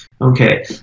Okay